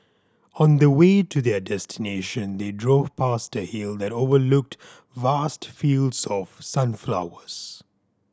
on the way to their destination they drove past a hill that overlooked vast fields of sunflowers